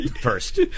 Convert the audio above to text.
First